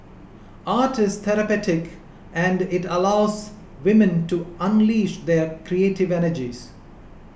art is therapeutic and it allows women to unleash their creative energies